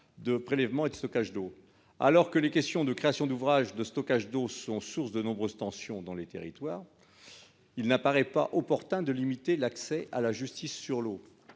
de prélèvement et de stockage d'eau. Alors que les questions relatives à la création de ces ouvrages sont source de nombreuses tensions dans les territoires, il n'apparaît pas opportun de limiter l'accès à la justice. Le